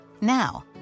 Now